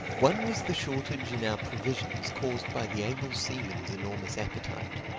one was the shortage in our provisions caused by the able seaman's enormous appetite.